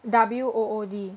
W O O D